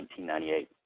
1998